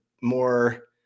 more